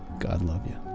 god, love ya